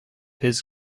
his